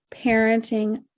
parenting